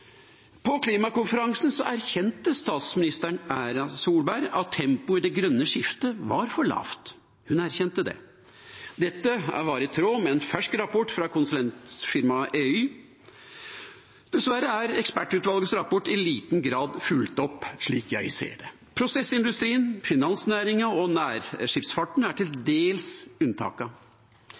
På klimakonferansen erkjente statsminister Erna Solberg at tempoet i det grønne skiftet var for lavt. Hun erkjente det. Dette var i tråd med en fersk rapport fra konsulentfirmaet EY. Dessverre er ekspertutvalgets rapport i liten grad fulgt opp, slik jeg ser det. Prosessindustrien, finansnæringen og nærskipsfarten er til dels